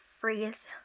phrase